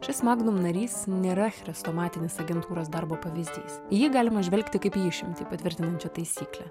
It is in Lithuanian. šis magnum narys nėra chrestomatinis agentūros darbo pavyzdys į jį galima žvelgti kaip į išimtį patvirtinančią taisyklę